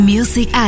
Music